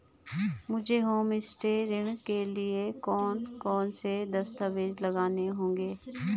मुझे होमस्टे ऋण के लिए कौन कौनसे दस्तावेज़ लगाने होंगे?